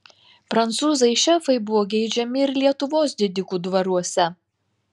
prancūzai šefai buvo geidžiami ir lietuvos didikų dvaruose